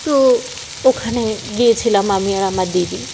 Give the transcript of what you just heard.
তো ওখানে গিয়েছিলাম আমি আর আমার দিদি